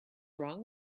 wrong